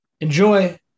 Enjoy